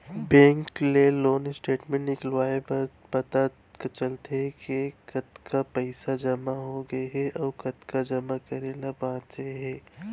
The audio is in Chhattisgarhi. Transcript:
बेंक ले लोन स्टेटमेंट निकलवाबे त पता चलथे के कतका पइसा जमा हो गए हे अउ कतका जमा करे ल बांचे हे